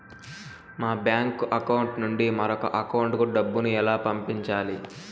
మా bank account నుండి మరొక అకౌంట్ కు డబ్బును ఎలా పంపించాలి